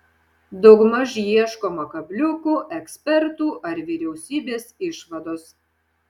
daugmaž ieškoma kabliukų ekspertų ar vyriausybės išvados